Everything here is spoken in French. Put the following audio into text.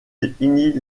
définit